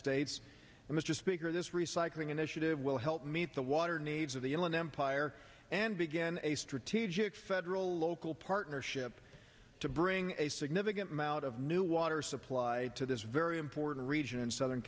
states and mr speaker this recycling initiative will help meet the water needs of the inland empire and began a strategic federal local partnership to bring a significant amount of new water supply to this very important region in southern